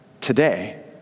today